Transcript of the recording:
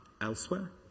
elsewhere